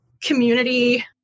community